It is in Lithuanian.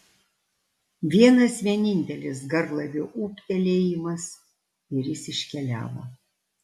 vienas vienintelis garlaivio ūktelėjimas ir jis iškeliavo